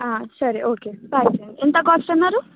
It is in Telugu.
సరే ఓకే ప్యాక్ చేయండి ఎంత కాస్ట్ అన్నారు